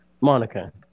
Monica